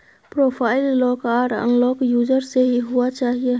profile lock आर unlock user से ही हुआ चाहिए